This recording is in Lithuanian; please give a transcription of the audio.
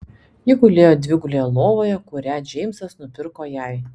ji gulėjo dvigulėje lovoje kurią džeimsas nupirko jai